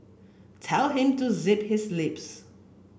tell him to zip his lips